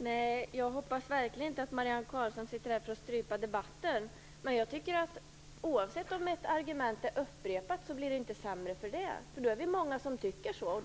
Herr talman! Jag hoppas verkligen inte att Marianne Carlström sitter här för att strypa debatten. Men även om ett argument upprepas blir det inte sämre för det. Nu är vi många som tycker så.